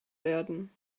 werden